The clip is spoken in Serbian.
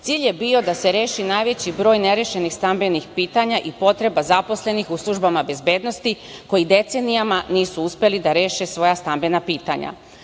je bio da se reši najveći broj nerešenih stambenih pitanja i potreba zaposlenih u službama bezbednosti, koji decenijama nisu uspeli da reše svoja stambena pitanja. Tada